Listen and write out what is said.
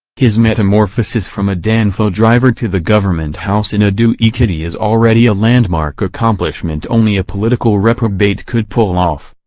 his metamorphosis from a danfo driver to the government house in ado ekiti is already a landmark accomplishment only a political reprobate could pull off.